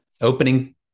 opening